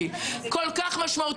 פעם בנתניהו,